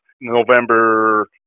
November